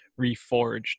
reforged